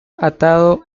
atado